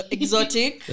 Exotic